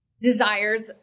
desires